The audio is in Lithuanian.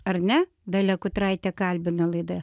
ar ne dalia kutraitė kalbina laidoje